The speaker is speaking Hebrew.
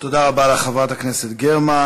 תודה רבה לחברת הכנסת גרמן.